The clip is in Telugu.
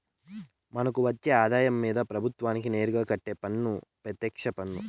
మనకు వచ్చే ఆదాయం మీద ప్రభుత్వానికి నేరుగా కట్టే పన్ను పెత్యక్ష పన్ను